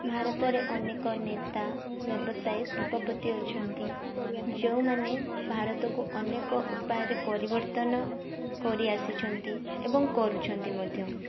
ଭାରତରେ ଅନେକ ନେତା ବ୍ୟବସାୟୀ ଶିଳ୍ପପତି ଅଛନ୍ତି ଯେଉଁମାନେ ଭାରତକୁ ଅନେକ ଉପାୟରେ ପରିବର୍ତ୍ତନ କରିଆସିଛନ୍ତି ଏବଂ କରୁଛନ୍ତି ମଧ୍ୟ